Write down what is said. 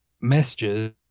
messages